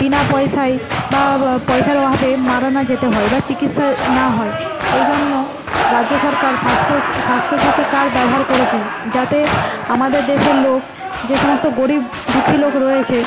বিনা পয়সায় বা পয়সার অভাবে মারা না যেতে হয় বা চিকিৎসা না হয় এই জন্য রাজ্য সরকার স্বাস্থ্য স্বাস্থ্য সাথী কার্ড ব্যবহার করেছে যাতে আমাদের দেশের লোক যে সমস্ত গরীব দুঃখী লোক রয়েছে